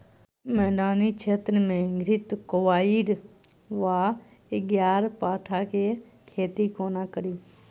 मैदानी क्षेत्र मे घृतक्वाइर वा ग्यारपाठा केँ खेती कोना कड़ी?